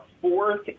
fourth